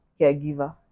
caregiver